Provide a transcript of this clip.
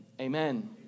Amen